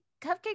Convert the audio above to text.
Cupcake